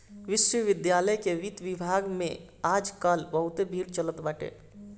विश्वविद्यालय के वित्त विभाग में आज काल बहुते भीड़ चलत बाटे